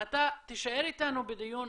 אתה תישאר איתנו בדיון,